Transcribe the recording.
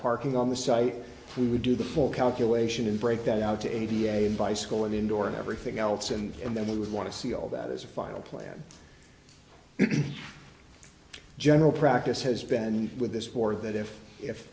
parking on the site we would do the full calculation and break that out to aviation by school and indoor and everything else and then we would want to see all that as a final plan in general practice has been with this war that if if